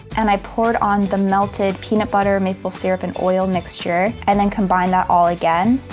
and i pour it on the melted peanut butter, maple syrup, and oil mixture, and then combine that all again.